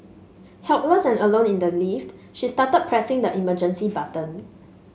helpless and alone in the lift she started pressing the emergency button